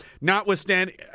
Notwithstanding